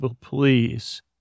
please